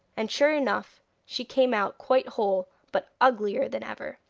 and, sure enough, she came out quite whole, but uglier than ever.